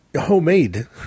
homemade